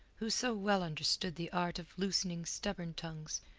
who so well understood the art of loosening stubborn tongues,